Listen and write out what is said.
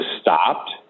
stopped